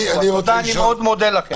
אני מאוד מודה לכם.